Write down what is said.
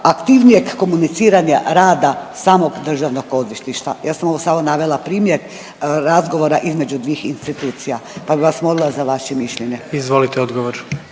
aktivnijeg komuniciranja rada samog državnog odvjetništva. Ja sam ovo samo navela primjer razgovora između dvih institucija, pa bi vas molila za vaše mišljenje. **Jandroković,